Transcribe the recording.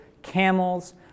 camels